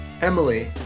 Emily